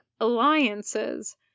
alliances